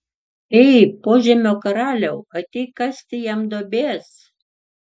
ei požemio karaliau ateik kasti jam duobės